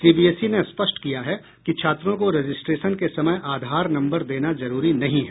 CBSE ने स्पष्ट किया है कि छात्रों को रजिस्ट्रेशन के समय आधार नंबर देना जरूरी नहीं है